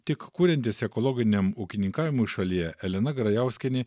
tik kuriantis ekologiniam ūkininkavimui šalyje elena grajauskienė